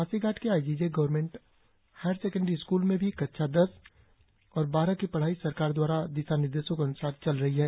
पासीघाट के I G J government higher secondary school में भी कक्षा दस और बारह की पढ़ाई सरकार द्वारा जारी दिशानिर्देशों के अन्सार चल रही है